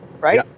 right